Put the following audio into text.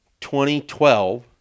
2012